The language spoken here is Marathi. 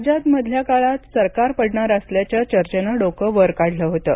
राज्यात मधल्या काळात सरकार पडणार असल्याच्या चर्चेन डोक वर काढलं होतं